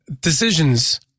decisions